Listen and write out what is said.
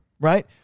right